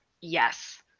yes